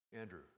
Andrew